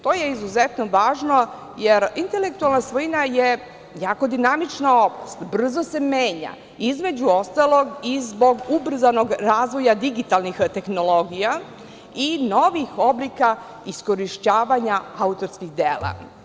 To je izuzetno važno jer intelektualna svojina je jako dinamična oblast, brzo se menja, između ostalog i zbog ubrzanog razvoja digitalnih tehnologija i novih oblika iskorišćavanja autorskih dela.